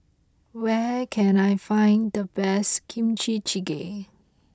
where can I find the best Kimchi Jjigae